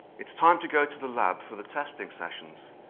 it's time to go to the lab for the testing sessions.